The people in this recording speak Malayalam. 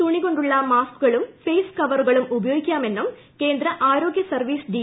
തുണികൊണ്ടുളള മാസ്ക്കുകളും ഫെയ്സ് കവറുകളും ഉപയോഗിക്കാമെന്നും കേന്ദ്ര ആരോഗ്യ സർവ്വീസ് ഡി